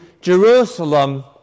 Jerusalem